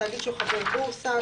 תאגיד שהוא חבר בורסה,